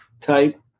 type